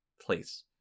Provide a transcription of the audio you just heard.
place